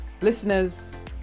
listeners